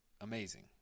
amazing